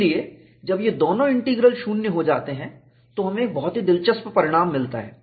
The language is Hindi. इसलिए जब ये दोनों इंटीग्रल शून्य हो जाते हैं तो हमें एक बहुत ही दिलचस्प परिणाम मिलता है